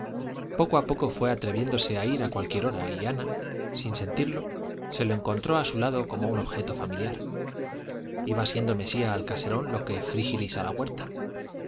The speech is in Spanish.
poco a poco fue atreviéndose a ir a cualquier hora y ana sin sentirlo se lo encontró a su lado como un objeto familiar iba siendo mesía al caserón lo que frígilis a la huerta